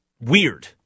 weird